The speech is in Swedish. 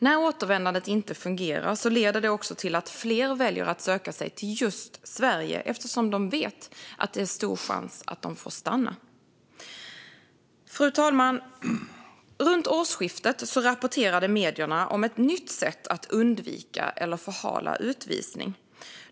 När återvändandet inte fungerar leder det till att fler väljer att söka sig till just Sverige, eftersom de vet att det är stor chans att de får stanna. Fru talman! Runt årsskiftet rapporterade medierna om ett nytt sätt att undvika eller förhala utvisning.